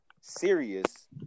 serious